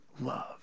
love